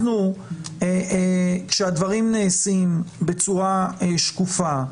אנחנו כשהדברים נעשים בצורה שקופה,